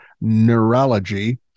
Neurology